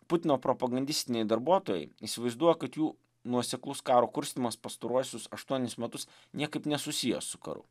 putino propagandistiniai darbuotojai įsivaizduoja kad jų nuoseklus karo kurstymas pastaruosius aštuonis metus niekaip nesusijęs su karu